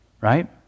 Right